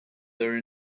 their